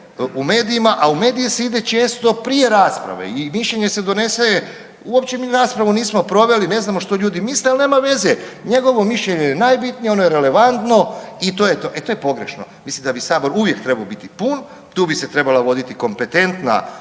u medijima. A u medije se ide često prije rasprave i mišljenje se donese uopće mi raspravu nismo proveli ne znamo što ljudi misle, ali nema veze, njegovo mišljenje je najbitnije ono je relevantno i to je to. E to je pogrešno, mislim da bi Sabor uvijek trebao biti pun, tu bi se trebala voditi kompetentna,